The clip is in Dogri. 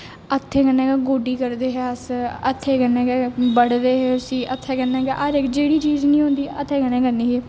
हत्थे कन्नै गै गोड्डी करदे हे अस हत्थे कन्नै गै बढदे हे उसी हत्थे कन्ने गै हर इक जेहड़ी चीज होंदी हत्थे कन्नै गै करनी ही